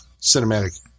cinematic